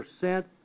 percent